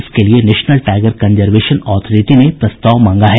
इसके लिए national tiger conservation authority ने प्रस्ताव मांगा है